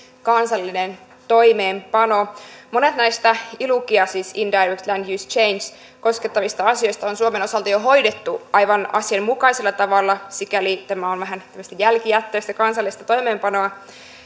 kansallinen toimeenpano monet näistä ilucia siis indirect land use change koskettavista asioista on suomen osalta jo hoidettu aivan asianmukaisella tavalla sikäli tämä on vähän tämmöistä jälkijättöistä kansallista toimeenpanoa